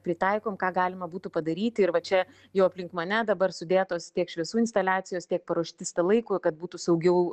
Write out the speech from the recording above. pritaikom ką galima būtų padaryti ir va čia jau aplink mane dabar sudėtos tiek šviesų instaliacijos tiek paruošti stalai kad būtų saugiau